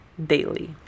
daily